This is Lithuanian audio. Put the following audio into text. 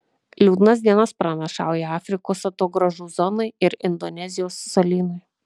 liūdnas dienas pranašauja afrikos atogrąžų zonai ir indonezijos salynui